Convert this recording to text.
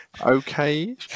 Okay